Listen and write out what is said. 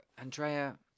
Andrea